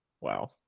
Wow